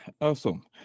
awesome